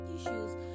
issues